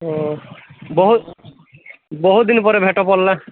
ଓ ବହୁତ ବହୁତ ଦିନ ପରେ ଭେଟ ପଡ଼ିଲା